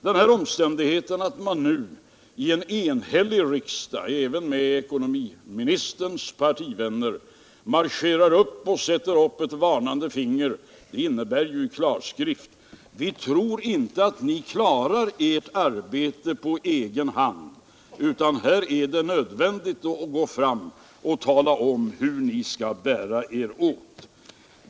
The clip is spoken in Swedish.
Den omständigheten att man nu i ett enhälligt utskott —- även ekonomiministerns partivänner — marscherar upp och sätter upp ett varnande finger innebär ju i klarskrift: Vi tror inte att ni klarar ert arbete på egen hand, utan här är det nödvändigt att tala om, hur ni skall bära er åt.